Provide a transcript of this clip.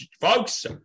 folks